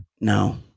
No